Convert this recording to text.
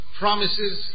promises